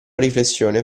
riflessione